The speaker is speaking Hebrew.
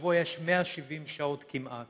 בשבוע יש 170 שעות כמעט.